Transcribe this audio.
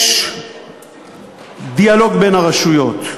יש דיאלוג בין הרשויות.